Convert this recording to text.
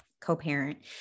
co-parent